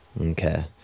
Okay